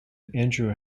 andrew